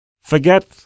forget